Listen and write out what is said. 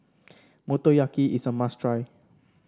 motoyaki is a must try